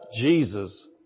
Jesus